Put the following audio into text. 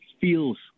feels